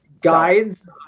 guides